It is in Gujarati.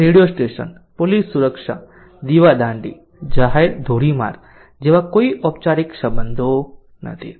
અને રેડિયો સ્ટેશન પોલીસ સુરક્ષા દીવાદાંડી જાહેર ધોરીમાર્ગ જેવા કોઈ ઓપચારિક સંબંધો નથી